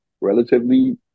relatively